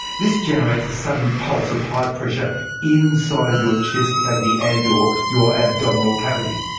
this generates a suddent pulse of high pressure inside your chest cavity, and or your abdominal cavity.